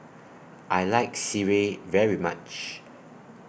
I like Sireh very much